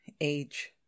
age